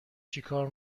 چیکار